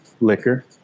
liquor